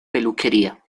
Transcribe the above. peluquería